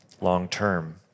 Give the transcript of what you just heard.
long-term